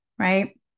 right